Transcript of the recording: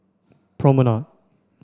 promenade